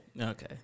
okay